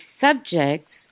subjects